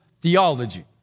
theology